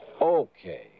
Okay